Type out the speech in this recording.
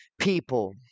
people